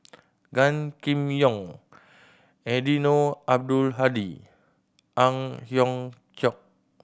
Gan Kim Yong Eddino Abdul Hadi Ang Hiong Chiok